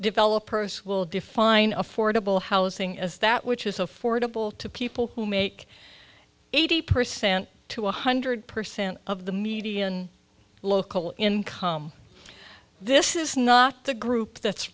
developers will define affordable housing as that which is affordable to people who make eighty percent to one hundred percent of the median local income this is not the group that's